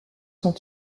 sont